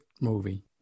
movie